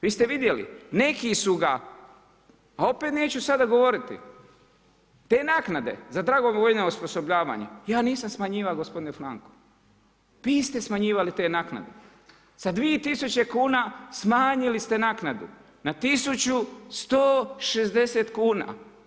Vi ste vidjeli, neki su ga, a opet neću sada govoriti, te naknade za dragovoljno osposobljavanje ja nisam smanjivao gospodine Franko, vi ste smanjivali te naknade sa dvije tisuće kuna smanjili ste na 1160 kuna.